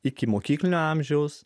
ikimokyklinio amžiaus